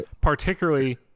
particularly